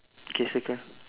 okay circle